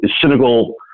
cynical